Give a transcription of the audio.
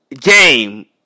game